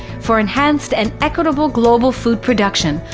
for enhanced and equitable global food production,